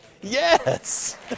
Yes